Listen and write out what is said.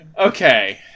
Okay